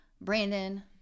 Brandon